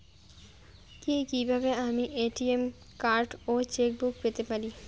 কি কিভাবে আমি এ.টি.এম কার্ড ও চেক বুক পেতে পারি?